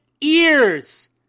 ears